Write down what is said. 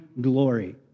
Glory